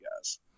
guys